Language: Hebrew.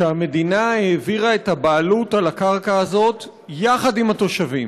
שהמדינה העבירה את הבעלות על הקרקע הזאת יחד עם התושבים.